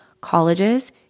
colleges